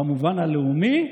במובן הלאומי,